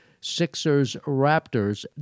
Sixers-Raptors